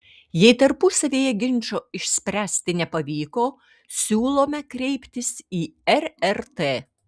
jei tarpusavyje ginčo išspręsti nepavyko siūlome kreiptis į rrt